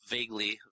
Vaguely